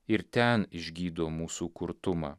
ir ten išgydo mūsų kurtumą